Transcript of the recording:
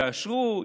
יאשרו,